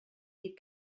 des